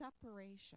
separation